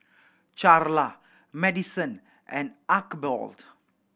Charla Maddison and Archibald